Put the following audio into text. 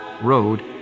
Road